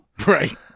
Right